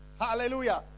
Hallelujah